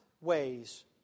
ways